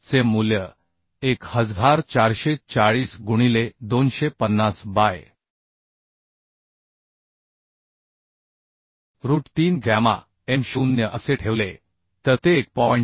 चे मूल्य 1440 गुणिले 250 बाय रूट 3 गॅमा m0 असे ठेवले तर ते 1